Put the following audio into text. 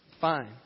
Fine